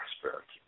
prosperity